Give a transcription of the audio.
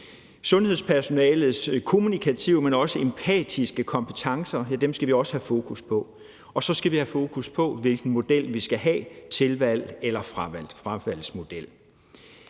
Sundhedspersonalets kommunikative, men også empatiske kompetencer skal vi også have fokus på, og så skal vi have fokus på, hvilken model vi skal have: en tilvalgs- eller en fravalgsmodel.